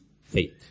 faith